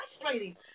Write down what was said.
frustrating